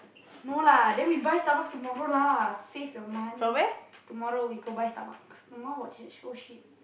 no lah then we buy Starbucks tomorrow lah save your money tomorrow we go buy Starbucks my mum watching oh shit